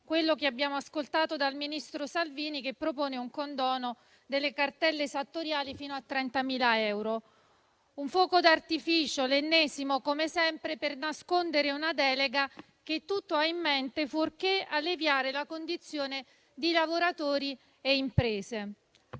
quello che abbiamo ascoltato dal ministro Salvini, propone un condono delle cartelle esattoriali fino a 30.000 euro: un fuoco d'artificio, l'ennesimo, come sempre, per nascondere una delega che tutto ha in mente, fuorché alleviare le condizioni di lavoratori e imprese.